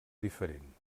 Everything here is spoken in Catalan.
diferent